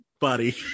buddy